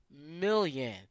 million